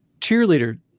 cheerleader